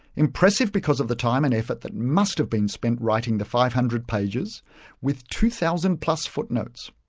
impressive because of the time and effort that must have been spent writing the five hundred pages with two thousand plus footnotes.